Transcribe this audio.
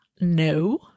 No